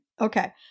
Okay